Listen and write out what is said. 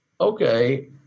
okay